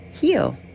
Heal